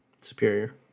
Superior